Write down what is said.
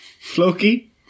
Floki